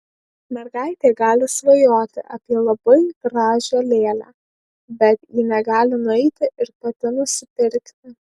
mergaitė gali svajoti apie labai gražią lėlę bet ji negali nueiti ir pati nusipirkti